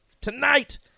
tonight